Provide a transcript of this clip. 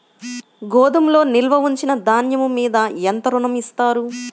గోదాములో నిల్వ ఉంచిన ధాన్యము మీద ఎంత ఋణం ఇస్తారు?